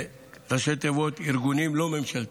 זה ראשי תיבות של ארגונים לא ממשלתיים.